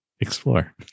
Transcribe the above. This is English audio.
Explore